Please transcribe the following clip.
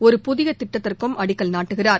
ஒரு புதிய திட்டத்திற்கு அடிக்கல் நாட்டுகிறார்